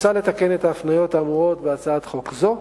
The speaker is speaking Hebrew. מוצע לתקן את ההפניות האמורות בהצעת חוק זו,